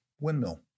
windmill